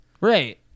Right